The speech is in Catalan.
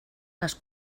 les